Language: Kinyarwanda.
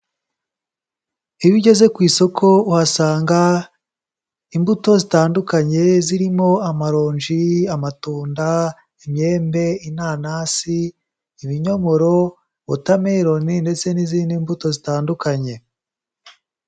Iyo ugeze ku isoko uhasanga imbuto zitandukanye zirimo: amaronji, amatunda, imyembe, inanasi, ibinyomoro wotameroni ndetse n'izindi mbuto zitandukanye.